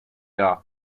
doc